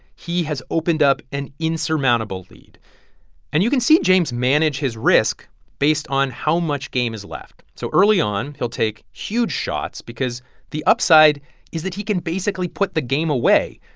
he has opened up an insurmountable lead and you can see james manage his risk based on how much game is left. so early on, he'll take huge shots because the upside is that he can basically put the game away.